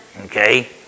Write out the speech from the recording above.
Okay